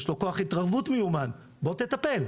יש לו כוח התערבות מיומן, בוא תטפל.